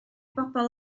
bobl